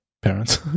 parents